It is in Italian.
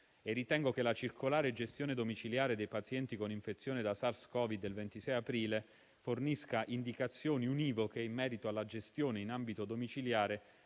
e ritengo che la circolare gestione domiciliare dei pazienti con infezione da Sars Covid del 26 aprile fornisca indicazioni univoche in merito alla gestione in ambito domiciliare